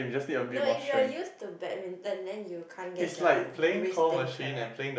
no if you are used to badminton then you can't get the wrist things correct